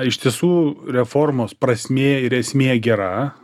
iš tiesų reformos prasmė ir esmė gera